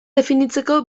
definitzeko